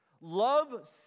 Love